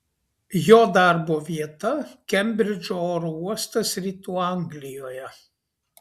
jo darbo vieta kembridžo oro uostas rytų anglijoje